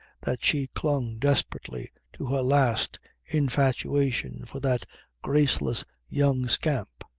that she clung desperately to her last infatuation for that graceless young scamp,